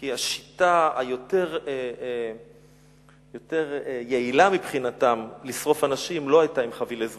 כי השיטה היותר יעילה מבחינתם לשרוף אנשים לא היתה עם חבילי זמורות,